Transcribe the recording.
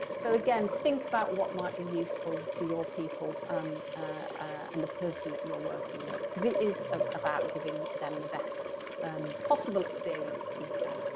so again think about what might be useful for your people um and the person that you're working with, because it is about giving them the best and possible experience that you can.